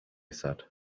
said